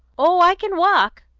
oh, i can walk!